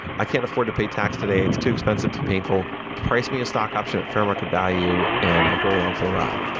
i can't afford to pay tax today. it's too expensive, too painful. price me a stock option at fair market value and i'll go on for the ride.